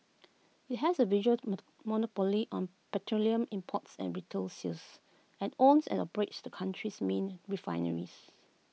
IT has A virtual to mono monopoly on petroleum imports and retail sales and owns and operates the country's main refineries